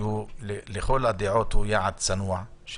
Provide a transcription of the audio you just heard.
שלכל הדעות הוא יעד צנוע.